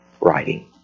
writing